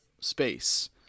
space